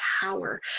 power